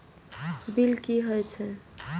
Bill की हौए छै?